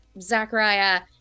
Zachariah